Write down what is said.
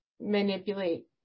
manipulate